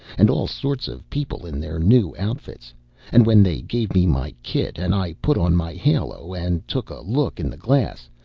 and all sorts of people in their new outfits and when they gave me my kit and i put on my halo and took a look in the glass,